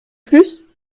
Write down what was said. plus